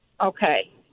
Okay